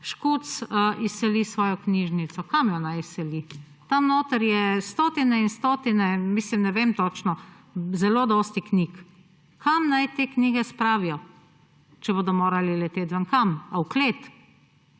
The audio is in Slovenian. Škuc izseli svojo knjižnico. Kam naj jo izseli? Tam notri je stotine in stotine, mislim ne vem točno, zelo dosti knjig. Kam naj te knjige spravijo, če bodo morali leteti ven? Kam? Ali v klet?